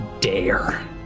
dare